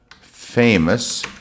famous